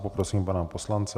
Poprosím pana poslance.